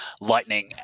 lightning